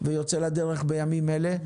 ויוצא לדרך בימים אלה.